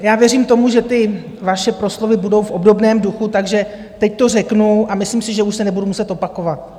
Já věřím tomu, že ty vaše proslovy budou v obdobném duchu, takže teď to řeknu a myslím si, že už se nebudu muset opakovat.